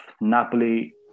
Napoli